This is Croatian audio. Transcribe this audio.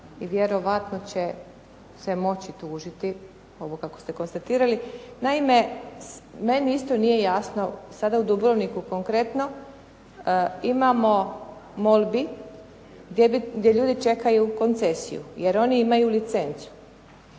i vjerojatno će se moći tužiti ovo kako ste konstatirali. Naime, meni isto nije jasno sada u Dubrovniku konkretno imamo molbi gdje ljudi čekaju koncesiju jer oni imaju licencu.